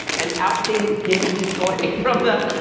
an outdated gimmicky toy from the,